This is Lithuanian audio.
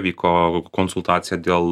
vyko konsultacija dėl